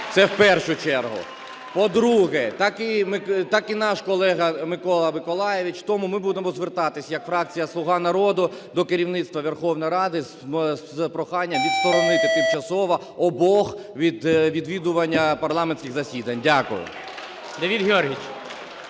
це в першу чергу. По-друге, так і наш колега Микола Миколайович, тому ми будемо звертатися як фракція "Слуга народу" до керівництва Верховної Ради з проханням відсторонити тимчасово обох від відвідування парламентських засідань. Дякую.